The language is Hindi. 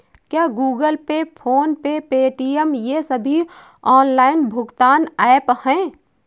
क्या Google pay PhonePe Paytm ये सभी ऑनलाइन भुगतान ऐप हैं?